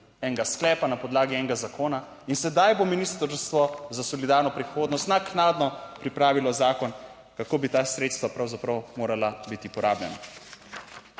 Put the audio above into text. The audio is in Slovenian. enega sklepa, na podlagi enega zakona in sedaj bo Ministrstvo za solidarno prihodnost naknadno pripravilo zakon, kako bi ta sredstva pravzaprav morala biti porabljena.